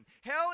Hell